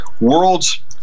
world's